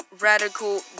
radical